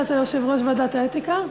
שאתה יושב-ראש ועדת האתיקה.